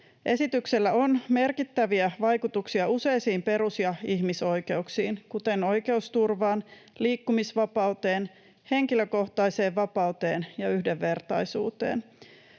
Esityksellä on merkittäviä vaikutuksia useisiin perus‑ ja ihmisoikeuksiin, kuten oikeusturvaan, liikkumisvapauteen, henkilökohtaiseen vapauteen ja yhdenvertaisuuteen.